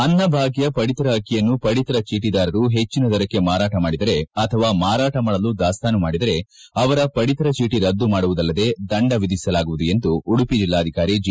ಅನ್ನಭಾಗ್ದ ಪಡಿತರ ಅಕ್ಕಿಯನ್ನು ಪಡಿತರ ಚೀಟಿದಾರರು ಹೆಜ್ಜಿನ ದರಕ್ಕೆ ಮಾರಾಟ ಮಾಡಿದರೆ ಅಥವಾ ಮಾರಾಟ ಮಾಡಲು ದಾಸ್ತಾನು ಮಾಡಿದರೆ ಅವರ ಪಡಿತರ ಚೀಟಿ ರದ್ದು ಮಾಡುವುದಲ್ಲದೆ ದಂಡ ವಿಧಿಸಲಾಗುವುದು ಎಂದು ಉಡುಪಿ ಜಿಲ್ಲಾಧಿಕಾರಿ ಜಿ